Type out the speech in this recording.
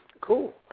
Cool